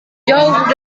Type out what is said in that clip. jauh